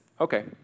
Okay